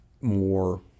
more